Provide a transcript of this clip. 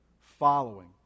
Following